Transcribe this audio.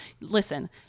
Listen